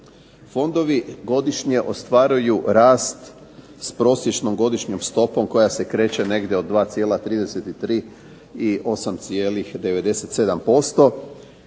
Fondovi godišnje ostvaruju rast s prosječnom godišnjom stopom koja se kreće negdje od 2,33 i 8,97%